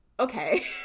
Okay